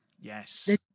Yes